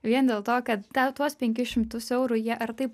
vien dėl to kad ten tuos penkis šimtus eurų jie ar taip